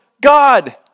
God